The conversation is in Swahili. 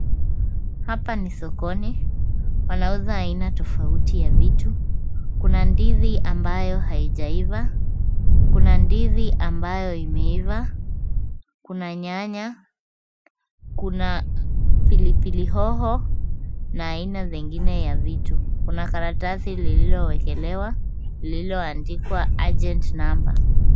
Hapa ni sokoni. Panauzwa aina tofauti ya vitu. Kuna ndizi ambayo haijaiva, kuna ndizi ambayo imeiva, kuna nyanya, kuna pilipili hoho na aina zingine ya vitu. Kuna karatasi lililowekelewa lililo andikwa agent number .